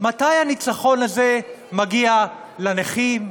מתי הניצחון הזה מגיע לנכים?